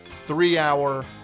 three-hour